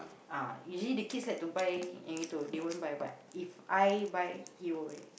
ah you see the kids like to buy yang itu they won't buy but If I buy he will wear